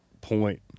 point